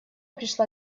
пришла